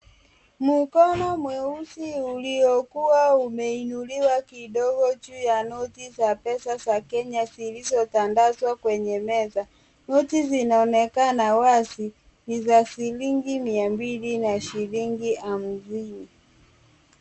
Mkono mweusi uliokua umeinuliwa kidogo juu ya noti za pesa za Kenya zilizotandazwa kwenye meza. Noti zinaonekana wazi ni za shilingi mia mbili na shilingi hamsini.